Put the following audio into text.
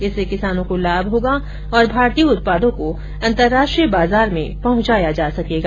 इससे किसानों को लाभ होगा और भारतीय उत्पादों को अंतर्राष्ट्रीय बाजार में पहुंचाया जा सकेगा